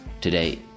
Today